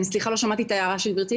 סליחה, לא שמעתי את ההערה של גברתי.